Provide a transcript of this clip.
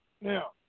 Now